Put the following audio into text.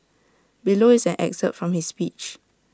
below is an excerpt from his speech